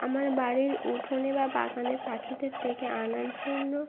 আমার বাড়ির উঠোনে বা বাগানে পাখিদের ডেকে আনার জন্য